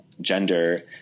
gender